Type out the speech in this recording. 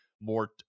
more –